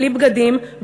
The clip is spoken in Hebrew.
בלי בגדים,